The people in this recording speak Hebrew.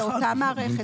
זה אותה מערכת.